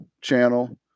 channel